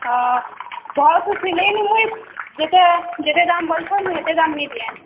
ହଁ ଭଲ୍ସେ ସିଲେଇନି ମୁଇଁ ଯେତେ ଯେତେ ଦାମ୍ ବଲିଛ ମୁଇଁ ହେତେ ଦାମ୍ ନି ଦିଏଁ